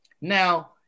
Now